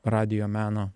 radijo meno